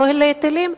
לא להיטלים,